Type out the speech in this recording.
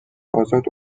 ازاد